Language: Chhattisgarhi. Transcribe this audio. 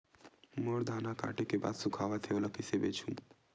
मोर धान ह काटे के बाद सुखावत हे ओला कइसे बेचहु?